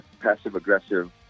passive-aggressive